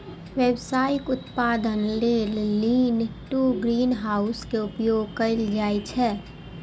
व्यावसायिक उत्पादन लेल लीन टु ग्रीनहाउस के उपयोग कैल जाइ छै